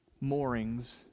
moorings